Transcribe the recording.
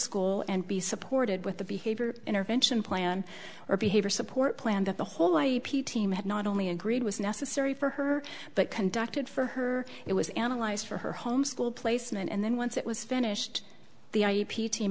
school and be supported with the behavior intervention plan or behavior support plan that the whole i e p team had not only agreed was necessary for her but conducted for her it was analyzed for her home school placement and then once it was finished the i